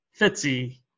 Fitzy